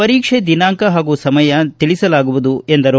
ಪರೀಕ್ಷೆ ದಿನಾಂಕ ಹಾಗೂ ಸಮಯ ತಿಳಿಸಲಾಗುವುದು ಎಂದರು